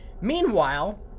Meanwhile